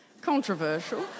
controversial